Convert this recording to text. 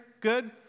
good